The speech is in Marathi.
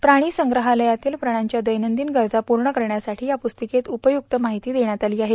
प्राणीसंप्रहालयातील प्राण्यांच्या दैनंदिन गरजा पूर्ण करण्यासाठी या पुस्तिकेत उपयुक्त माहिती देण्यात आर्ला आहे